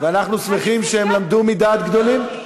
ואנחנו שמחים שהם למדו מדעת גדולים.